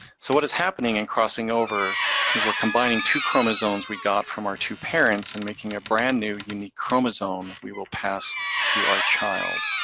so what is happening in crossing over is we're combining two chromosomes we got from our two parents and making a brand new, unique chromosome we will pass to our child.